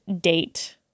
date